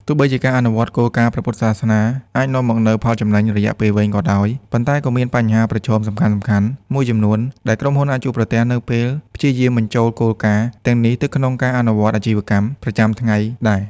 ទោះបីជាការអនុវត្តគោលការណ៍ព្រះពុទ្ធសាសនាអាចនាំមកនូវផលចំណេញរយៈពេលវែងក៏ដោយ ប៉ុន្តែក៏មានបញ្ហាប្រឈមសំខាន់ៗ មួយចំនួនដែលក្រុមហ៊ុនអាចជួបប្រទះនៅពេលព្យាយាមបញ្ចូលគោលការណ៍ទាំងនេះទៅក្នុងការអនុវត្តអាជីវកម្ម ប្រចាំថ្ងៃដែរ។